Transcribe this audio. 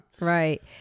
Right